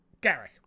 Gary